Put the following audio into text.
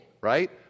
right